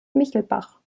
michelbach